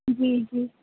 جی جی